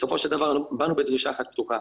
בסופו של דבר באנו בדרישה אחת פשוטה.